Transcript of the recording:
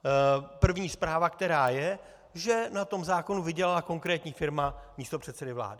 A první zpráva, která je, že na tom zákonu vydělala konkrétní firma místopředsedy vlády.